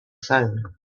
phone